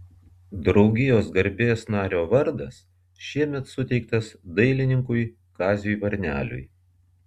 draugijos garbės nario vardas šiemet suteiktas dailininkui kaziui varneliui